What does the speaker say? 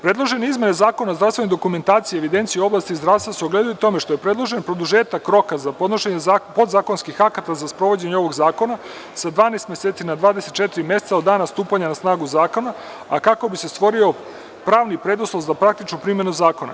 Predložene izmene Zakona o zdravstvenoj dokumentaciji i evidenciji u oblasti zdravstva se ogledaju u tome što je predložen produžetak roka za podnošenje podzakonskih akata za sprovođenje ovog zakona sa 12 meseci na 24 meseca od dana stupanja na snagu zakona, a kako bi se stvorio pravni preduslov za praktičnu primenu zakona.